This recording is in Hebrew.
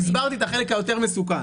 הסברתי את החלק היותר מסוכן.